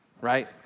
right